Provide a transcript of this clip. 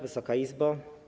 Wysoka Izbo!